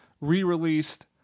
re-released